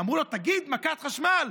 אמרו לו: תגיד "מכת חשמל".